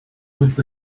with